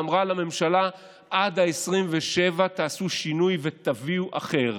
ואמרה לממשלה: עד 27 בחודש תעשו שינוי ותביאו אחר.